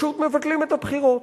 פשוט מבטלים את הבחירות.